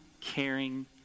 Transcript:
caring